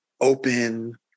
open